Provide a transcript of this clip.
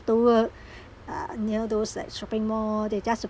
work ugh near those at shopping mall they just